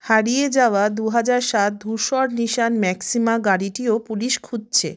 হারিয়ে যাওয়া দু হাজার সাত ধূসর নিসান ম্যাক্সিমা গাড়িটিও পুলিশ খুঁজছে